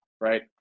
right